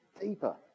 deeper